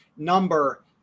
number